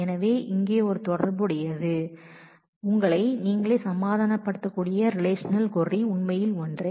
எனவே இங்கே ஒரு தொடர்புடைய ரிலேஷநல் கொரி இங்கே உங்களை நீங்களே சமாதானப்படுத்தக்கூடியது